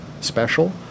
special